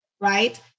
right